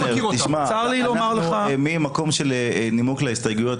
תשמע אנחנו ממקום של נימוק לה הסתייגויות,